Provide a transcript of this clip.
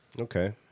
Okay